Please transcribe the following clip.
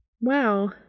Wow